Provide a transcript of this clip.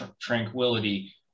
tranquility